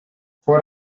fue